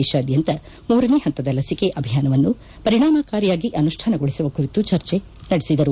ದೇಶಾದ್ದಂತ ಮೂರನೇ ಹಂತದ ಲಸಿಕೆ ಅಭಿಯಾನವನ್ನು ಪರಿಣಾಮಕಾರಿಯಾಗಿ ಅನುಷ್ಠಾನಗೊಳಿಸುವ ಕುರಿತು ಚರ್ಚೆ ನಡೆಸಿದರು